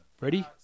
Ready